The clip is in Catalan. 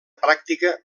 pràctica